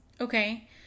Okay